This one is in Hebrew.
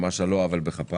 ממש על לא עוול בכפן.